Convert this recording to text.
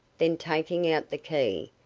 then taking out the key,